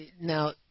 now